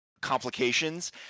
complications